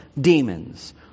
demons